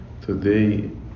Today